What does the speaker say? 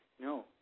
No